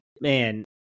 Man